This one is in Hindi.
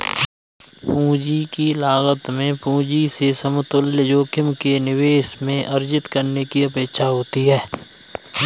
पूंजी की लागत में पूंजी से समतुल्य जोखिम के निवेश में अर्जित करने की अपेक्षा होती है